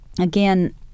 again